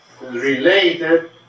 related